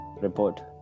report